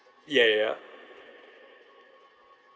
ya ya ya